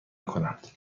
کنند